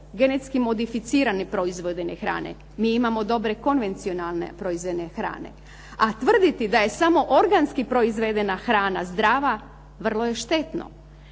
genetski modificirane proizvodne hrane, mi imamo dobre konvencionalne proizvodne hrane, a tvrditi da je samo organski proizvedena hrana zdrava vrlo je štetno.